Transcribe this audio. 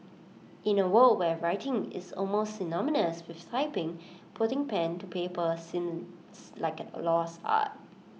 in A world where writing is almost synonymous with typing putting pen to paper seems like A lost art